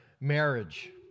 marriage